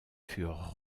furent